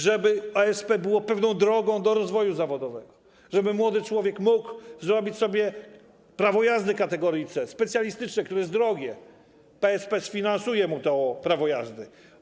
Żeby OSP było pewną drogą do rozwoju zawodowego, żeby młody człowiek mógł zrobić prawo jazdy kategorii C, specjalistyczne, które jest drogie - PSP sfinansuje mu to prawo jazdy.